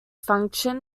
function